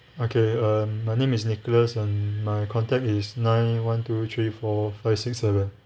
okay um my name is nicholas and my contact is nine one two three four five six seven